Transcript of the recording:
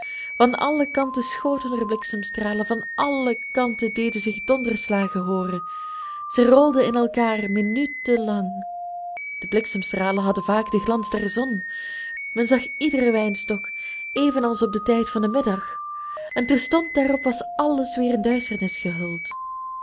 van alle kanten schoten er bliksemstralen van alle kanten deden zich donderslagen hooren zij rolden in elkaar minuten lang de bliksemstralen hadden vaak den glans der zon men zag iederen wijnstok evenals op den tijd van den middag en terstond daarop was alles weer in duisternis gehuld